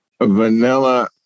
vanilla